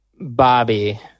bobby